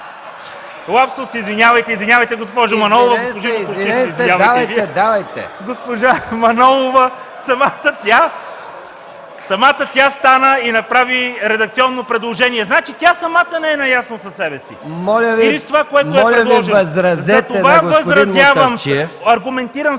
Моля Ви, възразете на господин Мутафчиев.